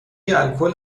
الکل